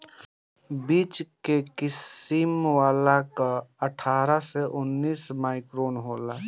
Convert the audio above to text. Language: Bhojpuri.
बीच के किसिम वाला कअ अट्ठारह से उन्नीस माइक्रोन होला